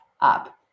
up